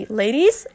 ladies